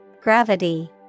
Gravity